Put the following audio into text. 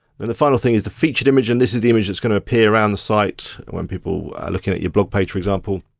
the final thing is the featured image and this is the image that's gonna appear around the site when people are looking at your blog page, for example.